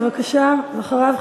ואחריו,